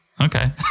Okay